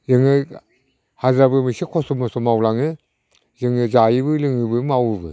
जोङो हाजिराबो एसे खस्थ' मस्थ' मावलाङो जोङो जायोबो लोङोबो मावोबो